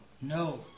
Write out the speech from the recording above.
No